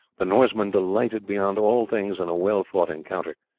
the norsemen delighted beyond all things in a well-fought encounter.